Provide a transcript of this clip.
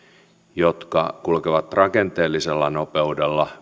jotka kulkevat rakenteellisella nopeudella